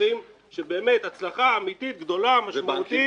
הפתוחים שהיא באמת הצלחה אמיתית גדולה ומשמעותית.